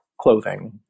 clothing